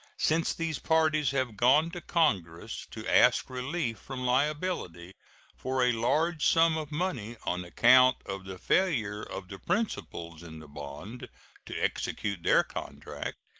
since these parties have gone to congress to ask relief from liability for a large sum of money on account of the failure of the principals in the bond to execute their contract,